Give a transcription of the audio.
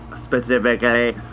Specifically